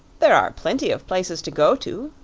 there are plenty of places to go to,